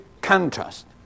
contrast